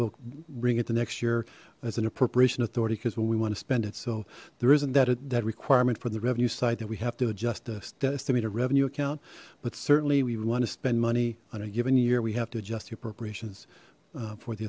we'll bring it the next year as an appropriation authority because when we want to spend it so there isn't that that requirement for the revenue side that we have to adjust us to meet a revenue account but certainly we want to spend money on a given year we have to adjust the appropriations for the